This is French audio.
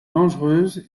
dangereuses